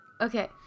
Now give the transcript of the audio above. Okay